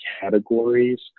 categories